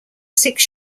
six